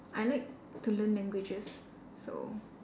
I like to learn languages so